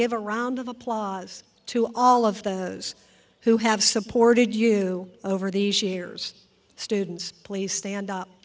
give a round of applause to all of those who have supported you over these years students please stand up